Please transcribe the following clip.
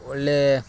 ಒಳ್ಳೆಯ